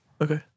Okay